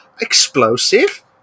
Explosive